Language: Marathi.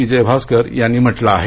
विजयभास्कर यांनी म्हंटल आहे